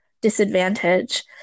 disadvantage